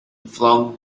flung